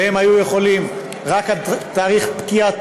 והם היו יכולים לפעול רק עד תאריך פקיעת